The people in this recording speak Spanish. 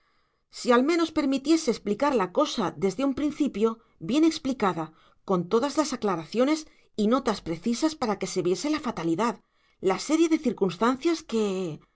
si al menos permitiese explicar la cosa desde un principio bien explicada con todas las aclaraciones y notas precisas para que se viese la fatalidad la serie de circunstancias que